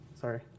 Sorry